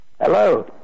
Hello